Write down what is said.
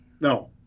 No